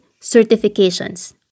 Certifications